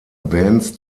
bands